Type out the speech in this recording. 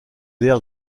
l’air